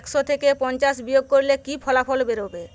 একশো থেকে পঞ্চাশ বিয়োগ করলে কী ফলাফল বেরোবে